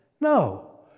No